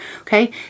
okay